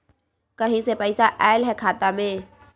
कहीं से पैसा आएल हैं खाता में?